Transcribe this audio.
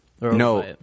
No